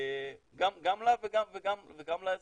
גם לה וגם לאזרחים.